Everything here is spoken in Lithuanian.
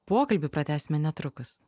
pokalbį pratęsime netrukus